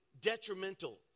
detrimental